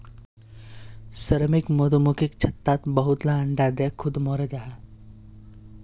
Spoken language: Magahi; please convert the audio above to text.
श्रमिक मधुमक्खी छत्तात बहुत ला अंडा दें खुद मोरे जहा